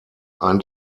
ein